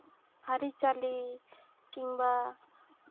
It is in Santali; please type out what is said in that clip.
ᱟᱹᱨᱤᱼᱪᱟᱹᱞᱤ ᱠᱤᱝᱵᱟ